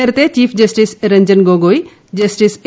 നേരത്തെ chief justice Ranjan Gogoi justice A